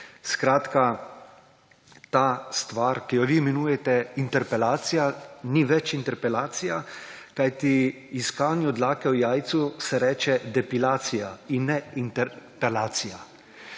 Ta stvar, ki jo vi imenujete interpelacija, ni več interpelacija, kajti iskanju dlake v jajcu se reče depilacija in ne interpelacija.